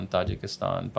Tajikistan